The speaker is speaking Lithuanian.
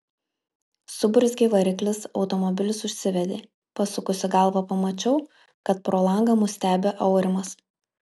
suburzgė variklis automobilis užsivedė pasukusi galvą pamačiau kad pro langą mus stebi aurimas